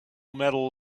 medal